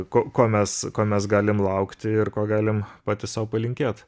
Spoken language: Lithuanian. ko ko mes ko mes galim laukti ir ko galim patys sau palinkėt